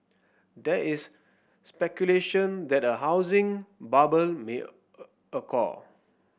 there is speculation that a housing bubble may occur